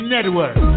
Network